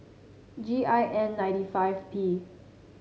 G I N ninety five P